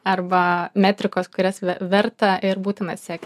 arba metrikos kurias verta ir būtina sekt